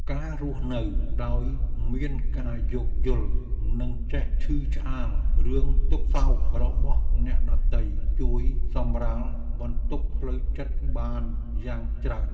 ការរស់នៅដោយមានការយោគយល់និងចេះឈឺឆ្អាលរឿងទុក្ខសោករបស់អ្នកដទៃជួយសម្រាលបន្ទុកផ្លូវចិត្តបានយ៉ាងច្រើន។